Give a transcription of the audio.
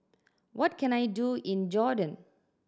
what can I do in Jordan